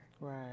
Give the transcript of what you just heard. Right